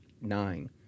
nine